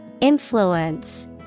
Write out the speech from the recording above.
Influence